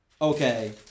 okay